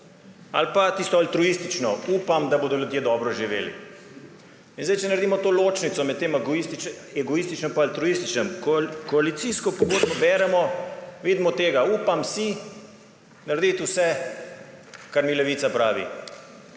ali pa tisto altruistično, upam, da bodo ljudje dobro živeli. In zdaj, če naredimo to ločnico med tem egoističnim in altruističnim, koalicijsko pogodbo beremo, vidimo to: upam si narediti vse, kar mi levica pravi.